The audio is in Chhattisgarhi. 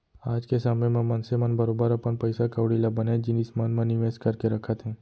आज के समे म मनसे मन बरोबर अपन पइसा कौड़ी ल बनेच जिनिस मन म निवेस करके रखत हें